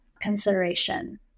consideration